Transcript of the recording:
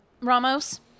Ramos